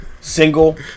single